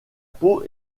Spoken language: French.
peau